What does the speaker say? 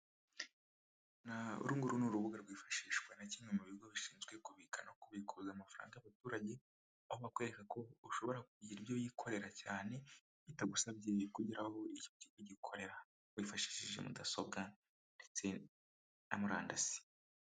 Uru nguru ni urubuga rwifashishwa na kimwe mu bigo bishinzwe kubika no kubikuza amafaranga y'abaturage , aho bakwereka ko ushobora kugira ibyo wikorera cyane bitagusabyekugira Aho ujya ugikorera wifashishije mudasobwa ndetse na murandasi.